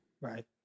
Right